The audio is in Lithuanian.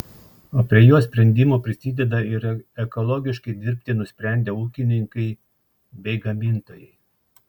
o prie jos sprendimo prisideda ir ekologiškai dirbti nusprendę ūkininkai bei gamintojai